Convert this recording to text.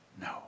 No